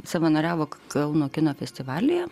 savanoriavo kauno kino festivalyje